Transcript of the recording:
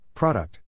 Product